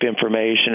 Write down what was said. information